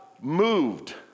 moved